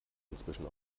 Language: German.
inzwischen